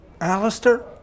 Alistair